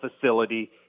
facility